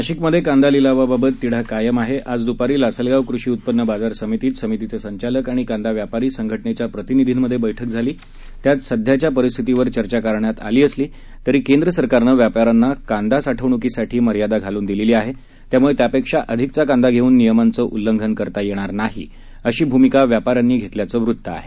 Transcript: नाशिकमध्ये कांदा लिलावाबाबत तिढा कायम आहे आज दुपारी लासलगाव कृषी उत्पन्न बाजार समितीमध्ये समितीचे संचालक आणि कांदा व्यापारी संघटनेच्या प्रतिनिधींमध्ये बैठक झाली त्यात सध्याच्या परिस्थितीवर चर्चा करण्यात आली असली तरी केंद्र सरकारने व्यापाऱ्यांना कांदा साठवणुकीसाठी मर्यादा घालून दिलेली आहे त्यामुळे त्यापेक्षा अधिकचा कांदा घेऊन नियमाचे उल्लंघन करता येणार नाही अशी भूमिका व्यापाऱ्यांनी घेतल्याचे वृत्त आहे